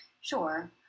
Sure